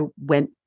went